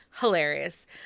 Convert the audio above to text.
hilarious